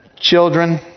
children